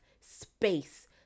space